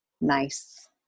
nice